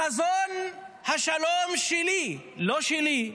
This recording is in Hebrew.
בחזון השלום שלי, לא שלי,